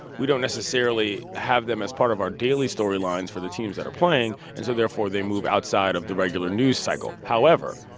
we don't necessarily have them as part of our daily storylines for the teams that are playing. and so therefore, they move outside of the regular news cycle however,